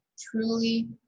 truly